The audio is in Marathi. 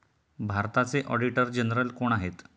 भारताचे ऑडिटर जनरल कोण आहेत?